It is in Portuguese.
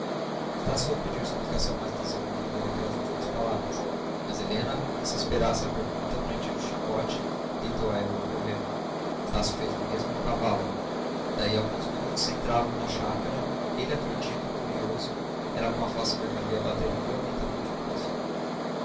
estácio ia pedir explicação mais desenvolvida daquelas últimas palavras mas helena como se esperasse a pergunta brandira o chicote e deitou a égua a correr estácio fez o mesmo ao cavalo daí a alguns minutos entravam na chácara ele aturdido e curioso ela com a face vermelha e a bater-lhe violentamente o coração